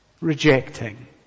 rejecting